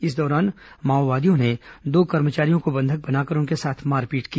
इस दौरान माओवादियों ने दो कर्मचारियों को बंधक बनाकर उनके साथ मारपीट की